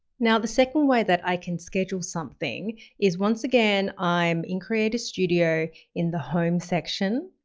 now, the second way that i can schedule something is once again i'm in creator studio, in the home section,